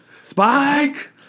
Spike